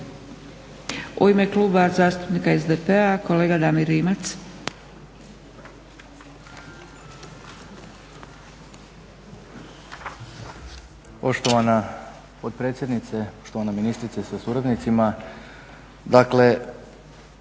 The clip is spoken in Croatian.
U ime Kluba zastupnika SDP-a, kolega Damir Rimac.